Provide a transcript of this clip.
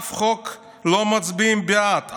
באף חוק לא מצביעים בעד,